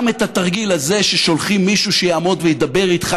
גם את התרגיל הזה ששולחים מישהו שיעמוד וידבר איתך,